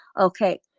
Okay